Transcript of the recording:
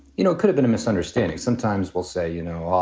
you know, it could've been a misunderstanding. sometimes we'll say, you know,